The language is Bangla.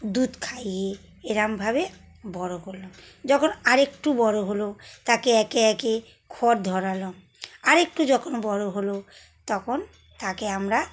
দুধ খাইয়ে এরকমভাবে বড় করলাম যখন আর একটু বড় হলো তাকে একে একে খড় ধরালাম আর একটু যখন বড় হলো তখন তাকে আমরা